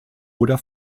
oder